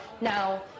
Now